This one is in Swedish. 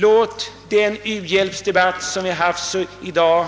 Låt den u-hjälpsdebatt som vi för i dag